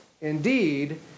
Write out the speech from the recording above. indeed